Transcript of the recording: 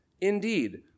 Indeed